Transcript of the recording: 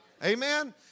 Amen